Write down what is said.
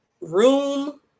room